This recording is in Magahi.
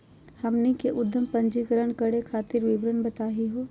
हमनी के उद्यम पंजीकरण करे खातीर विवरण बताही हो?